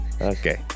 okay